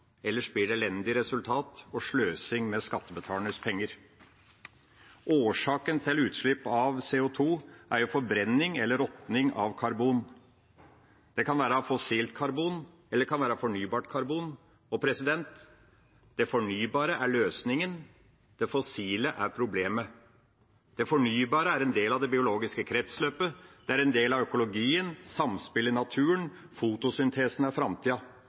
ellers blir det elendige resultater og sløsing med skattebetalernes penger. Årsaken til utslipp av CO2 er jo forbrenning eller råtning av karbon. Det kan være fossilt karbon, eller det kan være fornybart karbon. Det fornybare er løsningen, det fossile er problemet. Det fornybare er en del av det biologiske kretsløpet, det er en del av økologien, samspillet i naturen. Fotosyntesen er framtida.